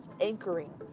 anchoring